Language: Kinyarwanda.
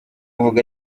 avuga